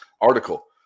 Article